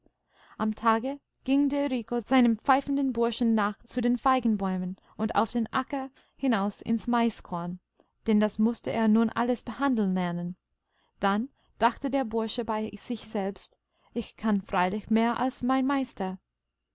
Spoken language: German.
am tage ging der rico seinem pfeifenden burschen nach zu den feigenbäumen und auf den acker hinaus ins maiskorn denn das mußte er nun alles behandeln lernen dann dachte der bursche bei sich selbst ich kann freilich mehr als mein meister